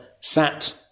sat